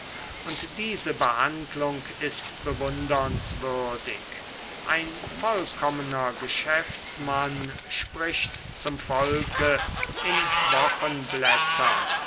und diese behandlung ist bewundernswürdig ein vollkommener geschäftsmann spricht zum volke in